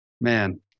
man